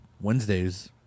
Wednesdays